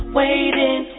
waiting